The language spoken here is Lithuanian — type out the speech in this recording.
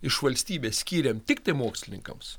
iš valstybės skyrėm tiktai mokslininkams